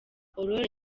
aurore